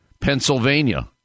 Pennsylvania